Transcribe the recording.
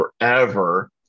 forever